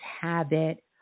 habit